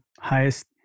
highest